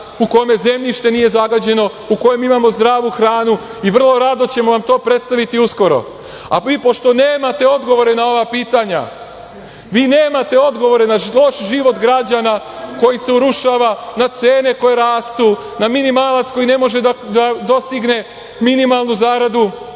u kome zemljište nije zagađeno, u kome imamo zdravo hranu. Vrlo rado ćemo vam to predstaviti uskoro. Vi pošto nemate odgovore na ova pitanje, vi nemate odgovore na loš život građana koji se urušava, na cene koje rastu, na minimalac koji ne može da dostigne minimalnu zaradu,